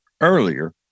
earlier